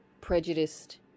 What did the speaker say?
prejudiced